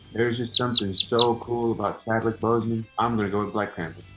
there's just something so cool about chadwick bozeman. i'm going to go with black panther.